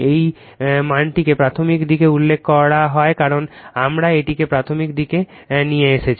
এই মানটিকে প্রাথমিক দিকে উল্লেখ করা হয় কারণ আমরা এটিকে প্রাথমিক দিকে নিয়ে এসেছি